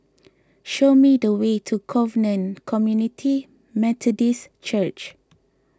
show me the way to Covenant Community Methodist Church